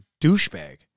douchebag